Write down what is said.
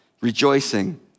rejoicing